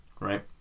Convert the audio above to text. Right